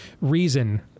reason